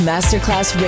Masterclass